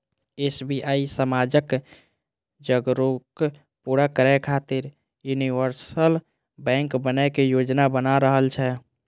SBI समाजक जरूरत पूरा करै खातिर यूनिवर्सल बैंक बनै के योजना बना रहल छै